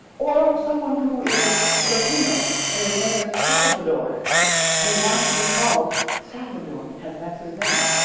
or someone who is latino and his name is salvador and he wants to be called salvador because that's his name